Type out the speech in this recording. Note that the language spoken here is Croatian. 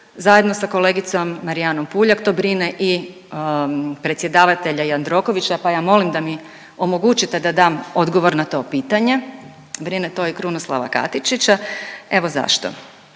zajedno sa kolegicom Marijanom Puljak. To brine i predsjedavatelja Jandrokovića pa ja molim da mi omogućite da dam odgovor na to pitanje. Brine to i Krunoslava Katičića. Evo zašto,